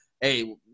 hey